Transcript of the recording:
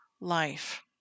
life